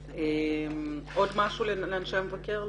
עוד משהו לאנשי המבקר?